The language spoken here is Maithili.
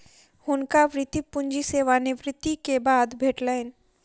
हुनका वृति पूंजी सेवा निवृति के बाद भेटलैन